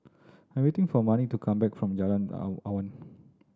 I'm waiting for Mannie to come back from Jalan Awan